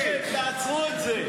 נראה אתכם, תעצרו את זה.